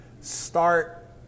start